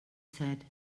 said